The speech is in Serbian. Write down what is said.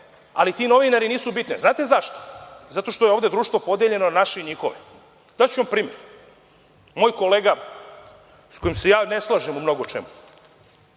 ali ti novinari nisu bitni. Znate zašto? Zato što je ovde društvo podeljeno na naše i njihove. Daću vam primer. Moj kolega, sa kojim se ja ne slažem u mnogo čemu,